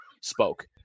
spoke